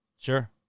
sure